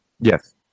Yes